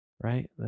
right